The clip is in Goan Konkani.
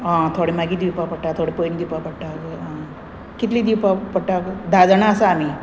आं थोडे मागीर दिवपा पडटा थोडे पयले दिवपा पडटा आं कितली दिवपा पडटा धा जाणां आसा आमी